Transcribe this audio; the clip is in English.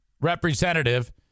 representative